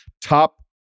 top